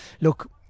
look